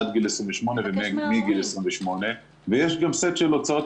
עד גיל 28 ומגיל 28 ויש גם סט של הוצאות